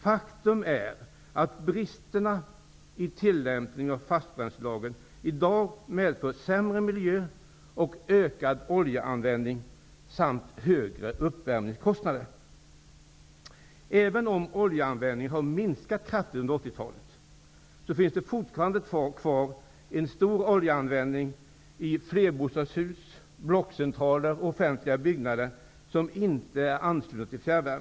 Faktum är att bristerna i dagens tillämpning av fastbränslelagen medför sämre miljö och ökad oljeanvändning samt högre uppvärmningskostnader. Även om oljeanvändningen har minskat kraftigt under 80-talet, finns det fortfarande kvar en stor oljeanvändning i flerbostadshus, blockcentraler och offentliga byggnader som ej är anslutna till fjärrvärme.